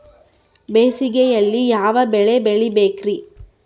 ಬೇಸಿಗೆಯಲ್ಲಿ ಯಾವ ಬೆಳೆ ಬೆಳಿಬೇಕ್ರಿ?